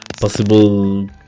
possible